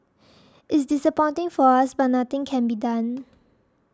it's disappointing for us but nothing can be done